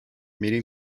meeting